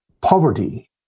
poverty